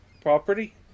property